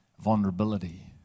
vulnerability